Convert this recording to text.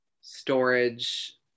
storage